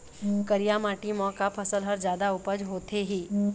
करिया माटी म का फसल हर जादा उपज होथे ही?